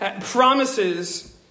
promises